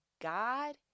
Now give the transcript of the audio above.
God